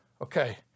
okay